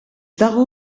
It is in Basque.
dago